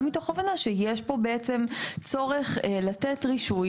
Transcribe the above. גם מתוך הבנה שיש פה בעצם צורך לתת רישוי